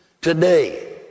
Today